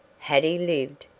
had he lived,